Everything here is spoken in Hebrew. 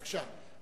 בבקשה.